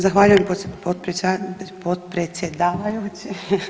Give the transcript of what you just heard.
Zahvaljujem podpredsjedavajući.